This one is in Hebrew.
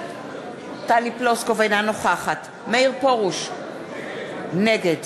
אינה נוכחת מאיר פרוש, נגד